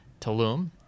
Tulum